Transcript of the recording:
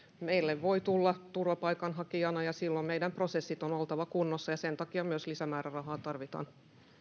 meille voi tulla turvapaikanhakijana jolloin meidän prosessien on on oltava kunnossa ja sen takia myös lisämäärärahaa tarvitaan